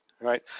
Right